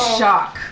shock